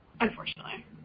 Unfortunately